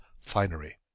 finery